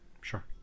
Sure